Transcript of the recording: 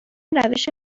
روش